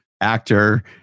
actor